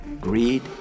greed